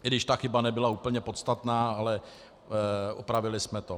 I když ta chyba nebyla úplně podstatná, ale opravili jsme to.